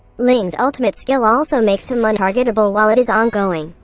ling's ultimate skill also makes him untargettable while it is ongoing.